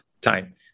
time